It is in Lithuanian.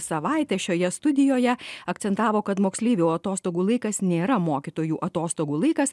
savaitę šioje studijoje akcentavo kad moksleivių atostogų laikas nėra mokytojų atostogų laikas